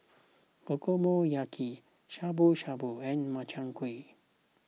Okonomiyaki Shabu Shabu and Makchang Gui